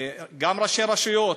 גם ראשי רשויות,